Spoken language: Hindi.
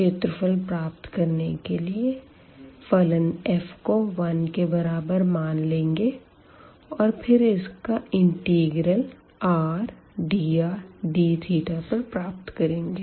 क्षेत्रफल प्राप्त करने के लिए फंक्शन f को 1 के बराबर मान लेंगे और फिर इसका इंटीग्रल rdrdθ पर प्राप्त करेंगे